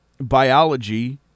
biology